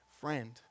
Friend